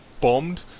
bombed